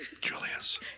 Julius